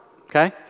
okay